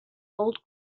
old